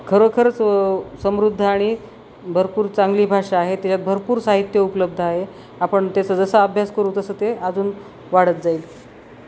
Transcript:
खरोखरंच समृद्ध आणि भरपूर चांगली भाषा आहे त्याच्यात भरपूर साहित्य उपलब्ध आहे आपण त्याचा जसा अभ्यास करू तसं ते अजून वाढत जाईल